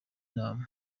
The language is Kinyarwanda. nama